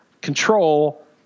control